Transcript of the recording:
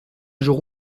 jour